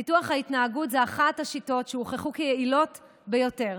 ניתוח ההתנהגות הוא אחת השיטות שהוכחו כיעילות ביותר